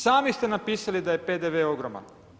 Sami ste napisali da je PDV ogroman.